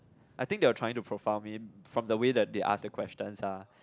I think they were trying to profile me from the way that they ask the questions ah